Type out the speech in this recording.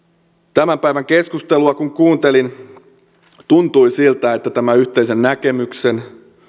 tämän päivän keskustelua kun kuuntelin tuntui siltä että tämä yhteisen näkemyksen